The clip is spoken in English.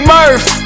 Murph